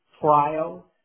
trial